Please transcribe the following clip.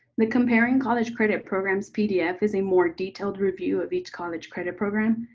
the comparing college credit programs pdf is a more detailed review of each college credit program.